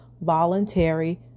voluntary